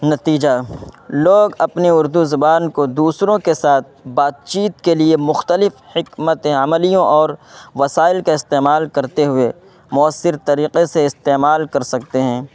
نتیجہ لوگ اپنی اردو زبان کو دوسروں کے ساتھ بات چیت کے لیے مختلف حکمت عملیوں اور وسائل کا استعمال کرتے ہوئے مؤثر طریقے سے استعمال کر سکتے ہیں